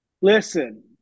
Listen